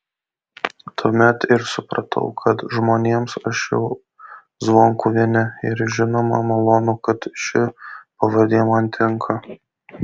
tuomet ir supratau kad žmonėms aš jau zvonkuvienė ir žinoma malonu kad ši pavardė man tinka